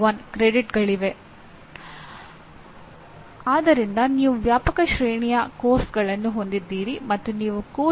ವಿಶ್ಲೇಷಣೆ ಹಂತ ವಿನ್ಯಾಸ ಹಂತ ಅಭಿವೃದ್ಧಿ ಹಂತ ಕಾರ್ಯಗತ ಹಂತ ಮತ್ತು ಮೌಲ್ಯಮಾಪನ ಹಂತ